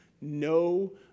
no